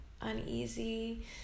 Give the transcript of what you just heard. uneasy